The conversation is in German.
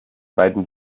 beiden